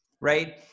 Right